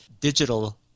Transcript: digital